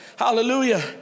hallelujah